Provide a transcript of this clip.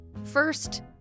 First